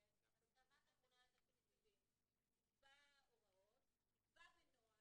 בהסכמת הממונה על התקציבים יקבע בנוהל